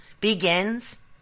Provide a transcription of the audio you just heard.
begins